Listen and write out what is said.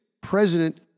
president